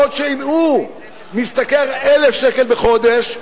בעוד שאם הוא משתכר 1,000 שקל בחודש,